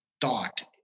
thought